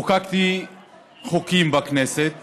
חוקקתי חוקים בכנסת,